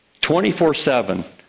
24-7